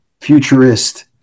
futurist